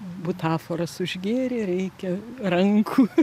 butaforas užgėrė reikia rankų